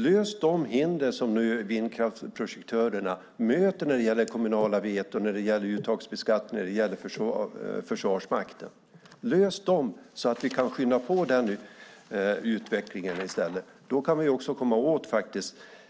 Lös de hinder som nu vindkraftsprojektörerna möter när det gäller kommunala veton, uttagsbeskattning och Försvarsmakten! Lös dessa hinder så att vi kan skynda på den utvecklingen i stället. Då kan vi också komma åt